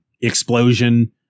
explosion